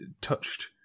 touched